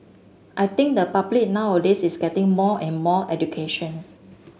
I think the public nowadays is getting more and more education